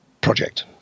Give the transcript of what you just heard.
project